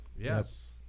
Yes